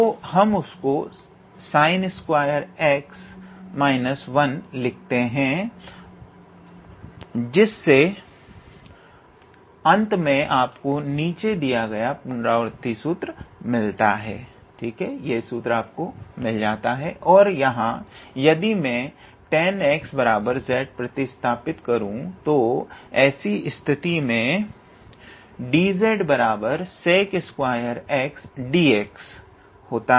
तो हम उसको 𝑠𝑒𝑐2𝑥−1 लिखते हैं जिससे अंत में आपको नीचे दिया गया पुनरावृति सूत्र मिलेगा 𝐼𝑛 ∫𝑡𝑎𝑛n𝑥𝑑𝑥 ∫𝑡𝑎𝑛n 2𝑥 𝑠𝑒𝑐2𝑥−1∫𝑡𝑎𝑛n 2𝑥𝑠𝑒𝑐2𝑥𝑑𝑥−∫𝑡𝑎𝑛n 2𝑥 𝑑𝑥 और यहां यदि मैं 𝑡𝑎𝑛𝑥𝑧 प्रतिस्थापित करूं तो ऐसी स्थिति में 𝑑𝑧𝑠𝑒𝑐2𝑥𝑑𝑥 होगा